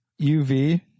UV